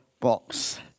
box